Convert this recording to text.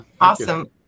Awesome